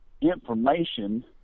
information